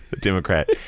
Democrat